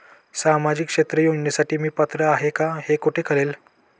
सामाजिक क्षेत्र योजनेसाठी मी पात्र आहे का हे कुठे कळेल?